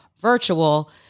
virtual